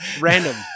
Random